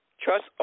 Trust